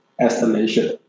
estimation